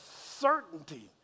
certainty